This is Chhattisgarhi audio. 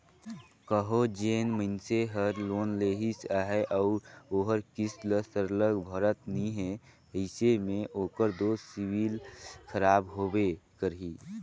कहों जेन मइनसे हर लोन लेहिस अहे अउ ओहर किस्त ल सरलग भरत नी हे अइसे में ओकर दो सिविल खराब होबे करही